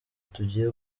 tugiye